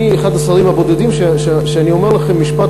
אני אחד השרים הבודדים שאומר לכם משפט